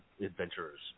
adventurers